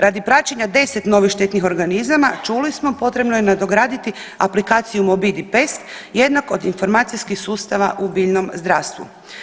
Radi praćenja deset novih štetnih organizama čuli smo potrebno je nadograditi aplikaciju MOBIDI PEST jedan od informacijskih sustava u biljnom zdravstvu.